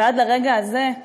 ועד לרגע הזה,